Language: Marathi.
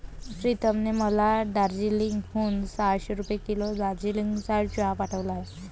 प्रीतमने मला दार्जिलिंग हून सहाशे रुपये किलो दार्जिलिंगचा चहा पाठवला आहे